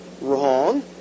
wrong